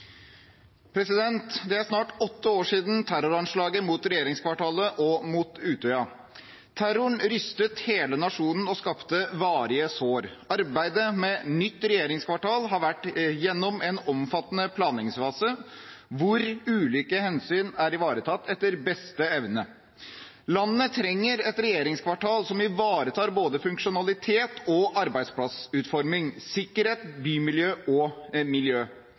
snart åtte år siden terroranslaget mot regjeringskvartalet og Utøya. Terroren rystet hele nasjonen og skapte varige sår. Arbeidet med nytt regjeringskvartal har vært gjennom en omfattende planleggingsfase hvor ulike hensyn er ivaretatt etter beste evne. Landet trenger et regjeringskvartal som ivaretar både funksjonalitet og arbeidsplassutforming, sikkerhet, bymiljø og miljø.